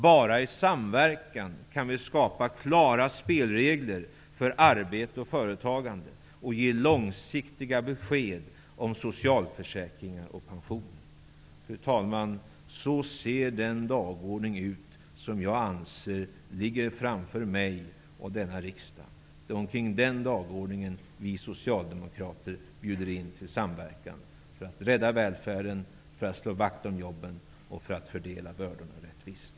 Bara i samverkan kan vi skapa klara spelregler för arbete och företagande och ge långsiktiga besked om socialförsäkringar och pensioner. Fru talman! Så ser den dagordning ut som jag anser ligger framför mig och denna riksdag. Det är omkring den dagordningen vi socialdemokrater bjuder in till samverkan -- för att rädda välfärden, för att slå vakt om jobben och för att fördela bördorna rättvist.